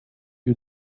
you